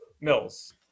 Mills